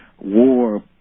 war